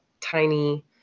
tiny